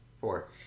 four